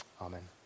Amen